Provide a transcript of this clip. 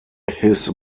his